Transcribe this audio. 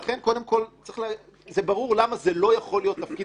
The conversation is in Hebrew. לכן זה ברור למה זה לא יכול להיות תפקיד